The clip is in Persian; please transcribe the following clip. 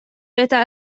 بهتر